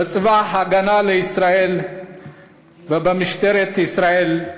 בצבא ההגנה לישראל ובמשטרת ישראל,